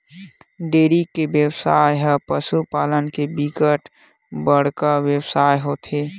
dairy के बेवसाय ह पसु पालन म बिकट बड़का बेवसाय होथे